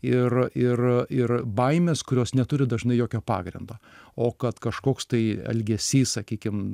ir ir ir baimes kurios neturi dažnai jokio pagrindo o kad kažkoks tai elgesys sakykim